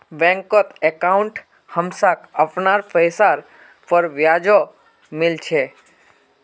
बैंकत अंकाउट हमसाक अपनार पैसार पर ब्याजो मिल छेक